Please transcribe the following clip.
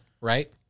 right